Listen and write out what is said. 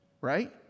right